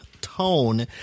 tone